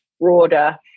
broader